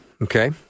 Okay